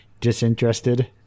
disinterested